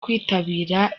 kwitabira